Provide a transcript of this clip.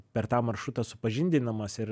per tą maršrutą supažindinamas ir